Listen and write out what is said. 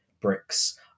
bricks